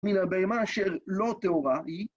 מן הבהמה שלא טהורה היא.